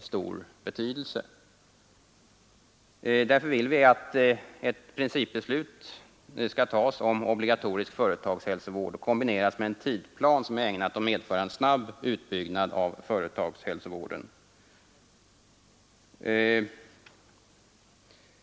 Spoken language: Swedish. stor betydelse. Därför vill vi att ett principbeslut skall fattas om obligatorisk företagshälsovård och att det skall kombineras med en tidplan, som är ägnad att medföra en snabb utbyggnad av företagshälsovården.